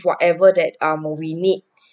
whatever that um we need